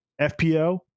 FPO